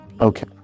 Okay